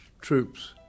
troops